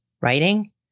writing